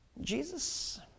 Jesus